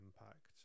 impact